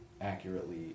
accurately